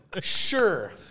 Sure